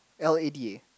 L_A_D_A